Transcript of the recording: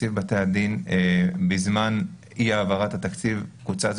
תקציב בתי הדין בזמן אי-העברת התקציב קוצץ